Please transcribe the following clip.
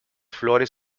flores